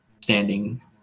standing